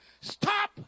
stop